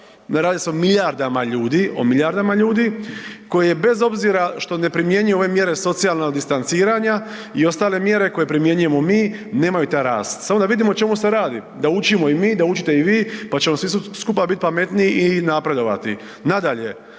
ljudi, o milijardama ljudi koje bez obzira što ne primjenjuju ove mjere socijalnog distanciranja i ostale mjere koje primjenjujemo mi, nemaju taj rast, samo da vidimo o čemu se radi, da učimo i mi, da učite i vi pa ćemo svi skupa biti pametniji i napredovati. Nadalje,